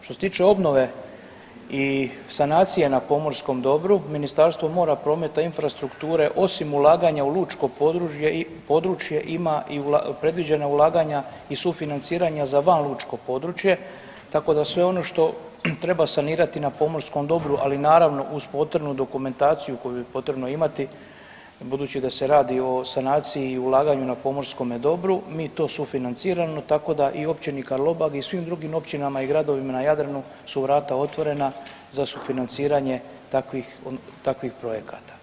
Što se tiče obnove i sanacije na pomorskom dobru Ministarstvo mora, prometa i infrastrukture osim ulaganja u lučko područje ima i predviđena ulaganja i sufinanciranja za van lučko područje, tako da sve ono što treba sanirati na pomorskom dobru, ali naravno uz potrebnu dokumentaciju koju je potrebno imati, budući da se radi o sanaciji i ulaganju na pomorskome dobru, mi to sufinanciramo tako i u Općini Karlobag i u svim drugim općinama i gradovima na Jadranu su vrata otvorena za sufinanciranje takvih projekata.